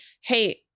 hey